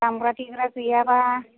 दामग्रा देग्रा गैयाबा